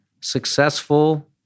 successful